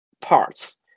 parts